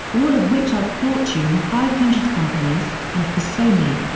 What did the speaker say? all of which are fortune five hundred companies, and for sony.